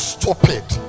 stupid